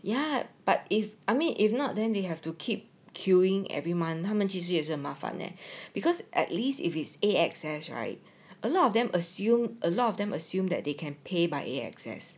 ya but if I mean if not then you have to keep queuing every month 他们机器是麻烦 leh because at least if it's A_X_S right a lot of them assume a lot of them assume that they can pay by A_X_S